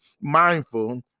mindful